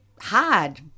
Hard